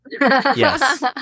Yes